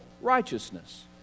righteousness